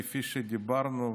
כפי שדיברנו,